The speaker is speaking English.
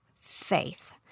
faith